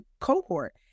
cohort